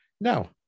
No